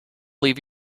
leave